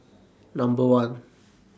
Number one